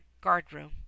guard-room